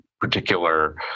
particular